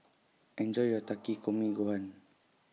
Enjoy your Takikomi Gohan